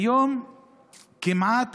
היום כמעט